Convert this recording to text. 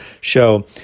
show